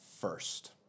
first